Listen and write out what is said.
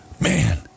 man